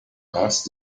asked